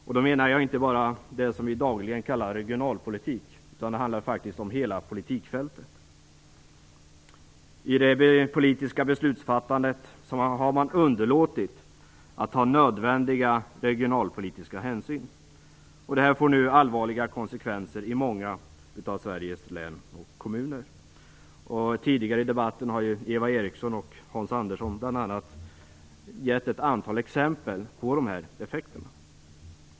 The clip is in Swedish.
Jag avser då inte bara det som vi dagligen kallar för regionalpolitik. Det handlar faktiskt om hela politikfältet. I det politiska beslutsfattandet har man underlåtit att ta nödvändiga regionalpolitiska hänsyn. Det får nu allvarliga konsekvenser i många av Sveriges län och kommuner. Tidigare i debatten har Eva Eriksson och Hans Andersson bl.a. gett ett antal exempel på sådana effekter.